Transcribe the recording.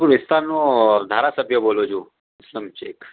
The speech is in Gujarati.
વિસ્તારનો ધારાસભ્ય બોલું છું અસ્લમ શેખ